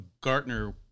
Gartner